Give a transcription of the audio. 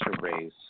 raise